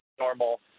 normal